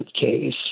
case